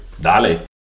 Dale